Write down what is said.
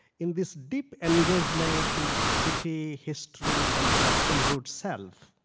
in this deep engagement with city, history, and personhood self.